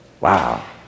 Wow